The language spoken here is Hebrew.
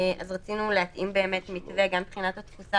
אז רצינו להתאים מתווה גם מבחינת התפוסה